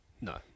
No